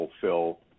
fulfill